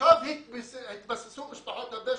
עכשיו התבססו משפחות הפשע.